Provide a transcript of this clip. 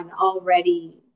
already